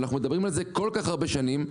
ואנחנו מדברים על זה כל כך הרבה שנים,